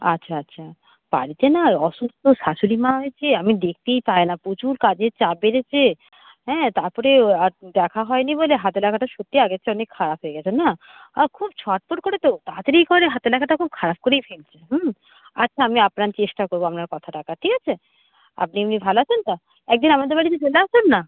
আচ্ছা আচ্ছা বাড়িতে না অসুস্থ শাশুড়ি মা হয়েছে আমি দেখতেই পাই না প্রচুর কাজের চাপ বেড়েছে হ্যাঁ তারপরে আর দেখা হয় নি বলে হাতের লেখাটা সত্যি আগের চেয়ে অনেক খারাপ হয়ে গেছে ওর না আর খুব ছটফট করে তো তাড়াতাড়ি করে হাতের লেখাটা খুব খারাপ করেই ফেলছে হুম আচ্ছা আমি আপ্রাণ চেষ্টা করবো আপনার কথা রাখার ঠিক আছে আপনি এমনি ভালো আছেন তো একদিন আমাদের বাড়িতে চলে আসুন না